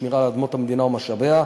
לשמירה על אדמות המדינה ומשאביה,